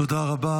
תודה רבה.